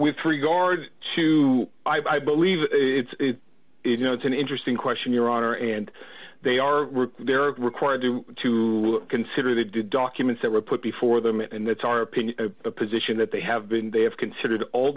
with regard to i believe it's you know it's an interesting question your honor and they are required to to consider the documents that were put before them and that's our opinion the position that they have been they have considered all